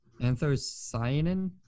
anthocyanin